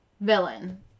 villain